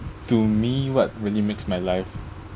to me what really makes my life